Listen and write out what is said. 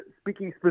speaking